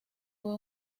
fue